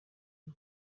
iri